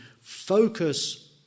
focus